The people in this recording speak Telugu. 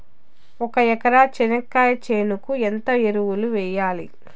ఒక ఎకరా చెనక్కాయ చేనుకు ఎంత ఎరువులు వెయ్యాలి?